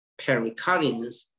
pericardians